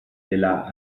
della